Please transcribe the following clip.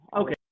Okay